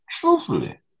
Truthfully